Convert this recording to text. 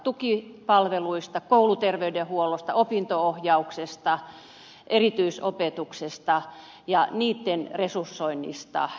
kouluterveydenhuollosta opinto ohjauksesta erityisopetuksesta ja niitten resursoinnista